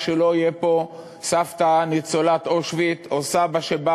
כשלא תהיה פה סבתא ניצולת אושוויץ או סבא שבא